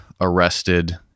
arrested